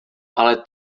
ale